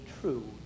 true